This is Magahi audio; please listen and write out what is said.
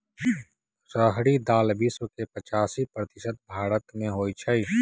रहरी दाल विश्व के पचासी प्रतिशत भारतमें होइ छइ